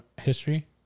history